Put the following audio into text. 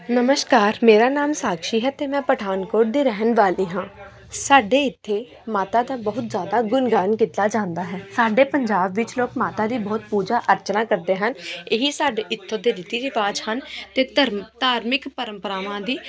ਨਮਸਕਾਰ ਮੇਰਾ ਨਾਮ ਸਾਕਸ਼ੀ ਹੈ ਅਤੇ ਮੈਂ ਪਠਾਨਕੋਟ ਦੇ ਰਹਿਣ ਵਾਲੀ ਹਾਂ ਸਾਡੇ ਇੱਥੇ ਮਾਤਾ ਦਾ ਬਹੁਤ ਜ਼ਿਆਦਾ ਗੁਣਗਾਨ ਕੀਤਾ ਜਾਂਦਾ ਹੈ ਸਾਡੇ ਪੰਜਾਬ ਵਿੱਚ ਲੋਕ ਮਾਤਾ ਦੀ ਬਹੁਤ ਪੂਜਾ ਅਰਚਨਾ ਕਰਦੇ ਹਨ ਇਹ ਹੀ ਸਾਡੇ ਇੱਥੋਂ ਦੇ ਰੀਤੀ ਰਿਵਾਜ਼ ਹਨ ਅਤੇ ਧਰਮ ਧਾਰਮਿਕ ਪਰੰਪਰਾਵਾਂ ਦੀ